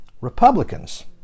Republicans